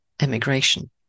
emigration